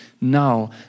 Now